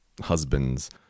husbands